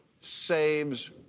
saves